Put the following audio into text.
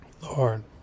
Lord